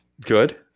Good